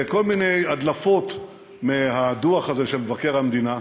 בכל מיני הדלפות מהדוח הזה של מבקר המדינה.